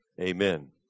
amen